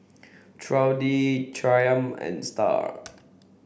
Trudy Chaim and Star